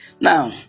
Now